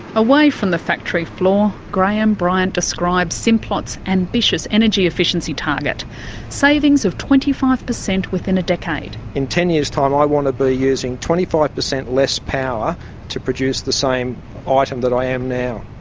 away from the factory floor, graham bryant describes simplot's ambitious energy efficiency target savings of twenty five per cent within a decade. in ten years time i want to be using twenty five per cent less power to produce the same ah item that i am now.